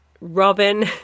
Robin